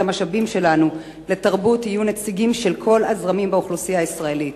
המשאבים שלנו לתרבות יהיו נציגים של כל הזרמים באוכלוסייה הישראלית.